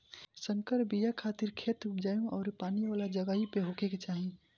संकर बिया खातिर खेत उपजाऊ अउरी पानी वाला जगही पे होखे के चाही